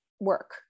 work